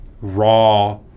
raw